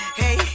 hey